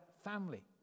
family